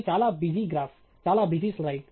ఇది చాలా busy graph చాలా బిజీ స్లైడ్